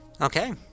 Okay